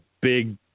big